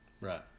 right